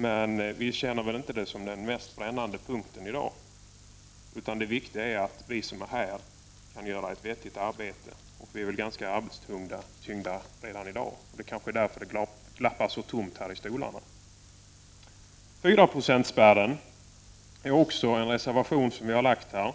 Men vi anser inte detta vara den mest brännande punkten i dag. Det viktiga är att vi som är här kan göra ett vettigt arbete. Och vi är väl ganska arbetstyngda redan i dag. Kanske är det därför det är så tomt här i stolarna. Vi har också en reservation som behandlar frågan om fyraprocentsspärren.